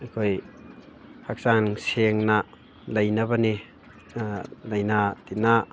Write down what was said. ꯑꯩꯈꯣꯏ ꯍꯛꯆꯥꯡ ꯁꯦꯡꯅ ꯂꯩꯅꯕꯅꯤ ꯂꯥꯏꯅꯥ ꯇꯤꯟꯅꯥ